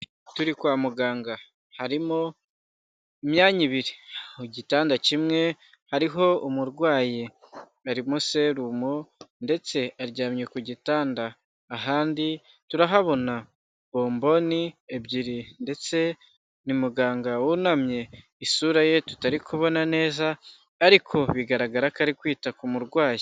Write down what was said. Turi kwa muganga, harimo imyanya ibiri. Mu gitanda kimwe hariho umurwayi, arimo serumu ndetse aryamye ku gitanda. Ahandi turahabona bomboni ebyiri ndetse ni muganga wunamye, isura ye tutari kubona neza, ariko bigaragara ko ari kwita ku murwayi.